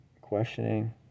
questioning